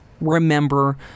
remember